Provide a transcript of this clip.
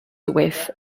swift